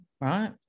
right